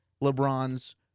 LeBron's